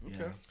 okay